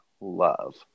love